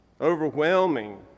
overwhelming